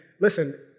listen